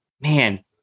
man